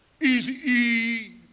easy